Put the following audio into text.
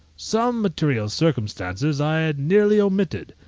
some material circumstances i had nearly omitted.